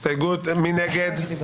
הצבעה בעד, 6 נגד,